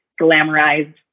glamorized